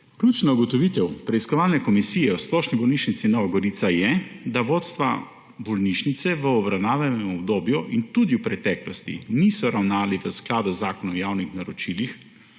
Ključna ugotovitev preiskovalne komisije v splošni bolnišnici Nova Gorica je, da vodstva bolnišnice v obravnavanem obdobju in tudi v preteklosti niso ravnala v skladu z Zakonom o javnim naročilih